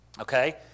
Okay